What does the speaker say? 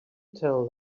tell